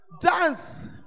Dance